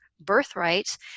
birthright